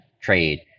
trade